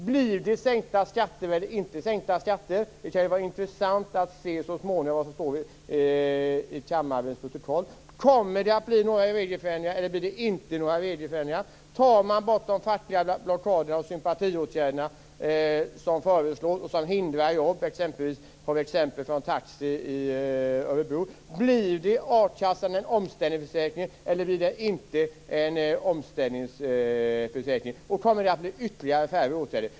Blir det sänkta skatter eller inte sänkta skatter? Det kan vara intressant att så småningom se vad som står i kammarens protokoll. Blir det några regelförändringar eller blir det inte några regelförändringar? Tar man bort de fackliga blockaderna och sympatiåtgärderna såsom föreslås? Detta är något som hindrar jobb, vilket exempel från Taxi i Örebro visar. Blir det en omställningsförsäkring i a-kassan eller blir det inte en omställningsförsäkring? Kommer det att bli ytterligare färre åtgärder?